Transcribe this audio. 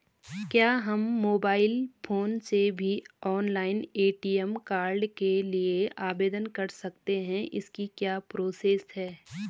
क्या हम mobile phone से भी ऑनलाइन ए.टी.एम कार्ड के लिए आवेदन कर सकते हैं इसकी क्या प्रोसेस है?